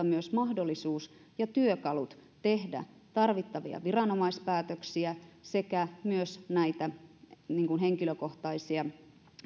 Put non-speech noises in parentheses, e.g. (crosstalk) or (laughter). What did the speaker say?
(unintelligible) myös mahdollisuus ja työkalut tehdä tarvittavia viranomaispäätöksiä sekä myös näitä henkilökohtaisia